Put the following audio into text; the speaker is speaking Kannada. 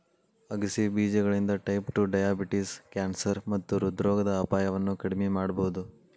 ಆಗಸೆ ಬೇಜಗಳಿಂದ ಟೈಪ್ ಟು ಡಯಾಬಿಟಿಸ್, ಕ್ಯಾನ್ಸರ್ ಮತ್ತ ಹೃದ್ರೋಗದ ಅಪಾಯವನ್ನ ಕಡಿಮಿ ಮಾಡಬೋದು